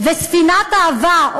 וספינת האהבה,